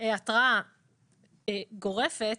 התראה גורפת,